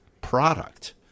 product